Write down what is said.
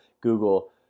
Google